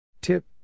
Tip